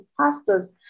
pastors